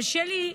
קשה לי,